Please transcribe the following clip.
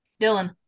dylan